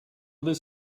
this